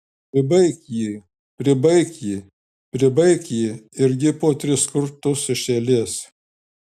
pribaik jį pribaik jį pribaik jį irgi po tris kartus iš eilės